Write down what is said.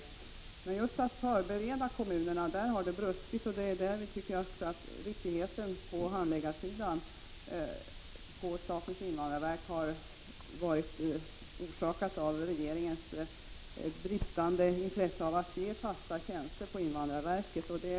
Men just när det gällt att förbereda kommunerna har det brustit, och vi anser att ryckigheten på handläggarsidan inom statens invandrarverk har orsakats av regeringens brist på intresse för att ge invandrarverket fasta tjänster.